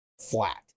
flat